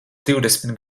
divdesmit